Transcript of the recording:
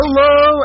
Hello